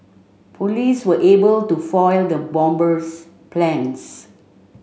police were able to foil the bomber's plans